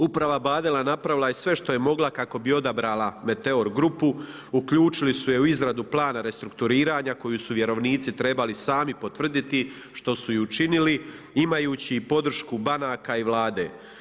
Uprava Badela napravila je sve što je mogla kako bi odabrala Meteor grupu, uključili su je u izradu plana restrukturiranja koju su vjerovnici trebali sami potvrditi što su i učinili, imajući i podršku banaka i Vlade.